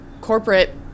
corporate